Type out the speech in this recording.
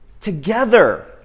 Together